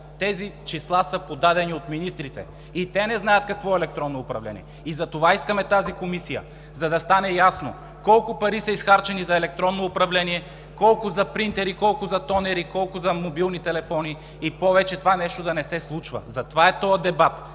тези числа са подадени от министрите, те не знаят какво е електронно управление. Искаме тази комисия, за да стане ясно колко пари са изхарчени за електронно управление, колко за принтери, колко за тонери, колко за мобилни телефони и повече това нещо да не се случва. За това е този дебат,